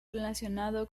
relacionado